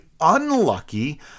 unlucky